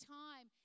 time